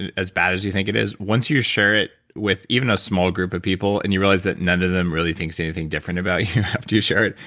and as bad as you think it is, once you share it with even a small group of people and you realize that none of them really thinks anything different about you after you share it,